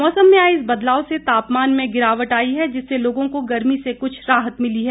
मौसम में आए इस बदलाव से तापमान में गिरावट आई है जिससे लोगों को गर्मी से कुछ राहत मिली है